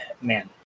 man